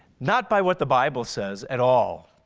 not by what the bible says at all.